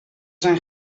zijn